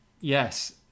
Yes